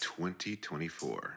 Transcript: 2024